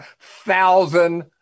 thousand